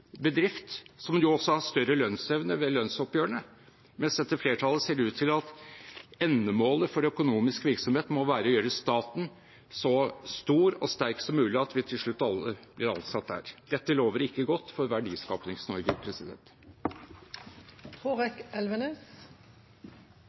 bedrift, som også vil ha større lønnsevne ved lønnsoppgjørene. Mens med dette flertallet ser det ut til at endemålet for økonomisk virksomhet må være å gjøre staten så stor og sterk som mulig, slik at vi til slutt alle blir ansatt der. Dette lover ikke godt for